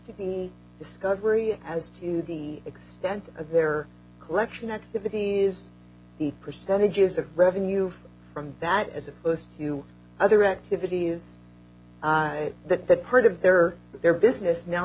the discovery as is the extent of their collection activities the percentages of revenue from that as opposed to other activities that that part of their their business now